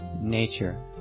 nature